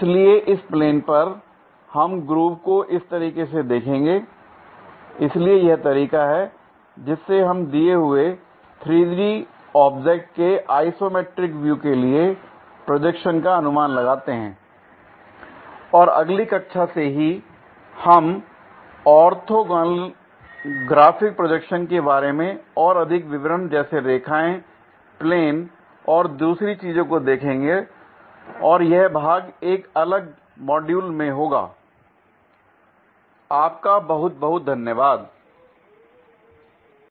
इसलिए इस प्लेन पर हम ग्रुव को इस तरीके से देखेंगे l इसलिए यह तरीका है जिससे हम दिए हुए 3D ऑब्जेक्ट के आइसोमेट्रिक व्यू के लिए प्रोजेक्शन का अनुमान लगाते हैं और अगली कक्षा से ही हम ऑर्थोग्राफिक प्रोजेक्शन के बारे में और अधिक विवरण जैसे रेखाएं प्लेन और दूसरी चीजों को देखेंगे और यह भाग एक अलग मॉड्यूल में होगा l आपका बहुत बहुत धन्यवाद l